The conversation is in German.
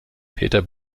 peter